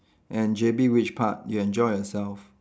and J_B which part you enjoy yourself